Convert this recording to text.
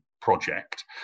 project